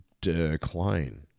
decline